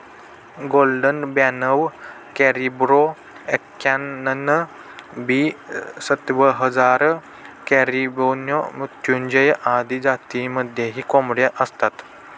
golden ब्याणव करिब्रो एक्याण्णण, B सत्याहत्तर, कॅरिब्रो मृत्युंजय आदी जातींमध्येही कोंबड्या असतात